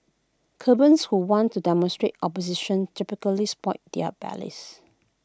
cubans who want to demonstrate opposition typically spoil their ballots